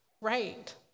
right